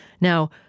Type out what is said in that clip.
Now